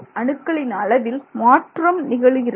அணுக்களின் அளவில் மாற்றம் நிகழுகிறது